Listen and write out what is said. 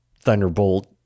Thunderbolt